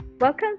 Welcome